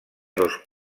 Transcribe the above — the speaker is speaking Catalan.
dos